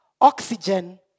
Oxygen